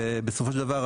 ובסופו של דבר,